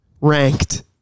ranked